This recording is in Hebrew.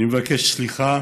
אני מבקש סליחה